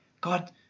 God